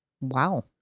wow